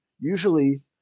Usually